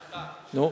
ההנחה של 50%,